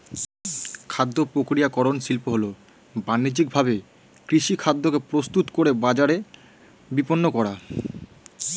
খাদ্যপ্রক্রিয়াকরণ শিল্প হল বানিজ্যিকভাবে কৃষিখাদ্যকে প্রস্তুত করে বাজারে বিপণন করা